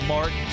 Mark